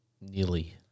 Nearly